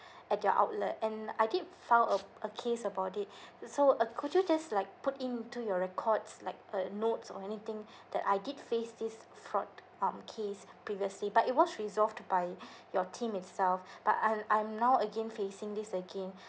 at your outlet and I did file a a case about it so uh could you just like put it into your records like a notes or anything that I did face this fraud um case previously but it was resolved by your team itself but I'm I'm now again facing this again